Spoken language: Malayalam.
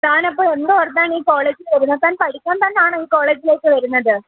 താനപ്പോൾ എന്തു കൊണ്ടാണീ കോളേജിൽ വരുന്നത് താൻ പഠിക്കാൻ തന്നാണോ ഈ കോളേജിലേക്കു വരുന്നത്